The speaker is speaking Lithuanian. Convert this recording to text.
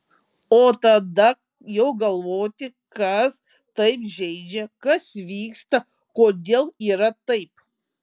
o tada jau galvoti kas taip žeidžia kas vyksta kodėl yra taip